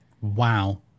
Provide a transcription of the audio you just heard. Wow